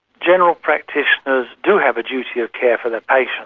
general practitioners do have a duty of care for their patients,